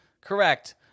Correct